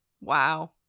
Wow